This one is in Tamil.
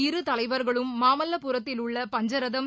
இரு தலைவர்களும் மாமல்லபுரத்தில் உள்ள பஞ்சரதம்